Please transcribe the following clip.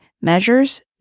measures